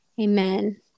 Amen